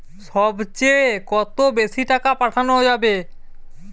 সব চেয়ে কত বেশি টাকা পাঠানো যাবে?